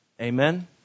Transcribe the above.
Amen